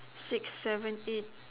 six seven eight